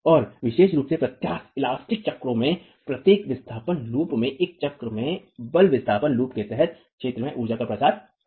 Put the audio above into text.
तो विशेष रूप से प्रत्यास्थ चक्रों में प्रत्येक विस्थापन लूप में एक चक्र में बल विस्थापन लूप के तहत क्षेत्र में ऊर्जा का प्रसार होता है